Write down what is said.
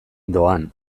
doan